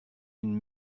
une